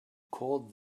call